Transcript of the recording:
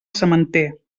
sementer